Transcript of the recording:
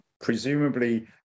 presumably